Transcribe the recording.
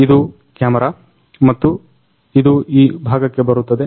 ಇದು ಕ್ಯಾಮರ 1221 ಸಮಯವನ್ನ ಗಮನಿಸಿ ಮತ್ತು ಇದು ಈ ಭಾಗಕ್ಕೆ ಬರುತ್ತದೆ